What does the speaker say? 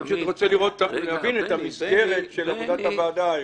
אני פשוט רוצה להבין את המסגרת של עבודת הוועדה היום.